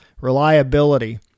reliability